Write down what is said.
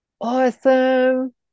awesome